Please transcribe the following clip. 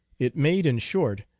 it made, in short,